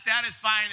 satisfying